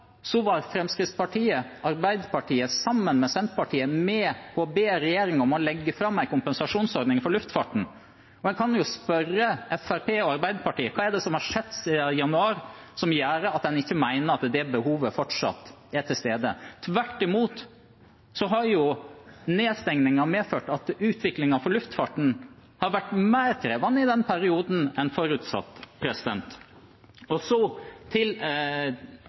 var Fremskrittspartiet og Arbeiderpartiet sammen med Senterpartiet med på å be regjeringen legge fram en kompensasjonsordning for luftfarten. En kan jo spørre Fremskrittspartiet og Arbeiderpartiet hva som har skjedd siden januar som gjør at en ikke mener at det behovet fortsatt er til stede. Tvert imot har nedstengningen medført at utviklingen for luftfarten har vært mer krevende i denne perioden enn forutsatt. Så til